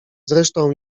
zresztą